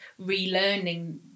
relearning